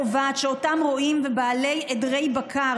קובעת שאותם רועים ובעלי עדרי בקר